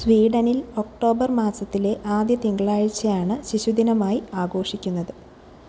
സ്വീഡനിൽ October മാസത്തിലെ ആദ്യ തിങ്കളാഴ്ചയാണ് ശിശുദിനമായി ആഘോഷിക്കുന്നത്